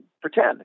pretend